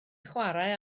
chwarae